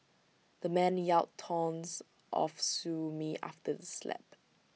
the man yelled taunts of sue me after the slap